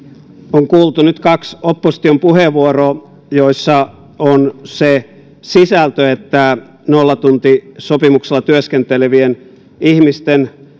on kuultu nyt kaksi opposition puheenvuoroa joissa on se sisältö että nollatuntisopimuksella työskentelevien ihmisten